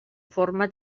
forma